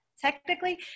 technically